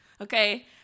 Okay